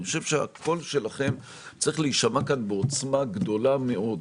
אני חושב שהקול שלכם צריך להישמע כאן בעוצמה גדולה מאוד.